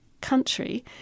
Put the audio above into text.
country